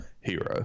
hero